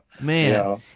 man